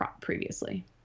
previously